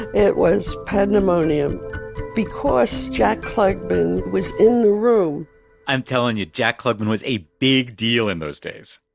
it was pandemonium because jack klugman was in the room i'm telling you, jack klugman was a big deal in those days!